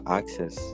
access